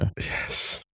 Yes